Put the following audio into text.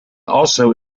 also